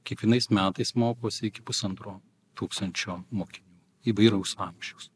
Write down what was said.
kiekvienais metais mokosi iki pusantro tūkstančio mokinių įvairaus amžiaus